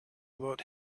about